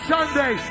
Sunday